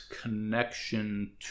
connection